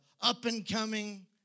up-and-coming